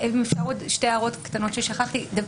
שתי הערות קצרות ששכחתי להעיר.